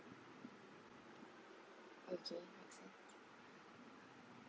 okay